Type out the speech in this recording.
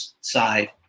side